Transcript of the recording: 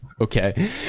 okay